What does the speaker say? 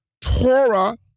Torah